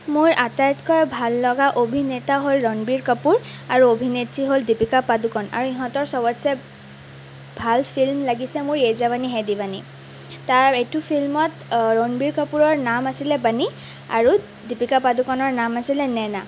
মোৰ আটাইতকৈ ভাল লগা অভিনেতা হ'ল ৰনবীৰ কাপোৰ আৰু অভিনেত্ৰী হ'ল দিপীকা পাদোকন আৰু ইহঁতৰ চবতছে ভাল ফিল্মলাগিছে মোৰ য়ে জাৱানী হে দিৱানী এইটো ফিল্মত ৰনবীৰ কাপোৰৰ নাম আছিলে বানি আৰু দিপীকা পাদোকনৰ নাম আছিলে নেনা